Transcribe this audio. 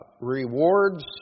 rewards